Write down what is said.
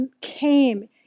came